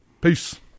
Peace